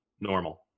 normal